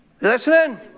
Listening